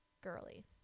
girly